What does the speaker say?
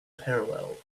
parallel